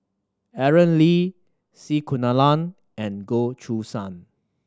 Aaron Lee C Kunalan and Goh Choo San